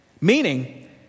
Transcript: Meaning